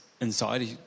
inside